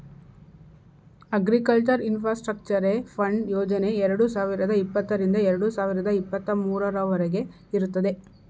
agriculture ಇನ್ಫಾಸ್ಟ್ರಕ್ಚರೆ fund ಯೋಜನೆ ಎರಡು ಸಾವಿರದ ಇಪ್ಪತ್ತರಿಂದ ಎರಡು ಸಾವಿರದ ಇಪ್ಪತ್ತ ಮೂರವರಗೆ ಇರುತ್ತದೆ